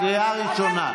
קריאה ראשונה.